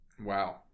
Wow